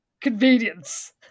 convenience